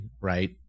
Right